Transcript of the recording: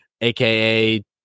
aka